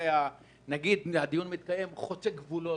לגבי הנושא הזה,